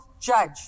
judge